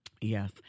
Yes